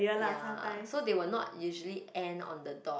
ya so they will not usually end on the dot